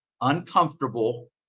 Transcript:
uncomfortable